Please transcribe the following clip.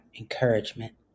encouragement